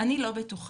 אני לא בטוחה.